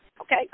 Okay